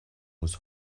muss